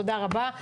תודה רבה.